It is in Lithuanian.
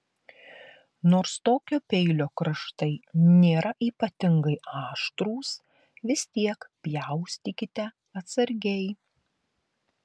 nors tokio peilio kraštai nėra ypatingai aštrūs vis tiek pjaustykite atsargiai